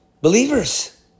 Believers